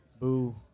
Boo